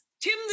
Tim